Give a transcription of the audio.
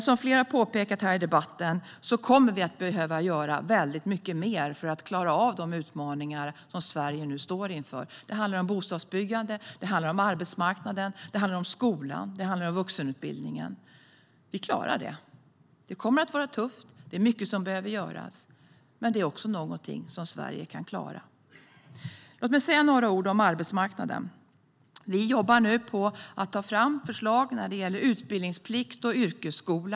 Som flera har påpekat i debatten kommer vi att behöva göra mycket mer för att klara av de utmaningar som Sverige nu står inför. Det handlar om bostadsbyggande. Det handlar om arbetsmarknaden. Det handlar om skolan. Det handlar om vuxenutbildningen. Vi klarar det. Det kommer att vara tufft. Det är mycket som behöver göras. Men det är också någonting som Sverige kan klara. Låt mig säga några ord om arbetsmarknaden! Vi jobbar nu med att ta fram förslag när det gäller utbildningsplikt och yrkesskola.